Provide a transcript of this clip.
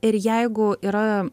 ir jeigu yra